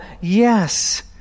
yes